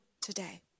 today